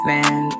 Man